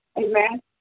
Amen